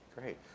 Great